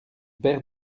paire